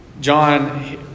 John